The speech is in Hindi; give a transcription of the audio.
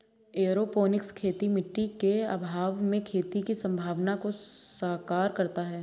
एयरोपोनिक्स खेती मिट्टी के अभाव में खेती की संभावना को साकार करता है